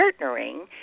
partnering